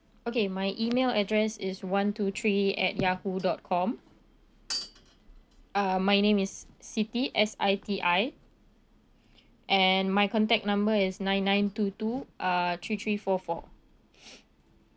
okay my email address is one two three at yahoo dot com uh my name is siti S I T I and my contact number is nine nine two two uh three three four four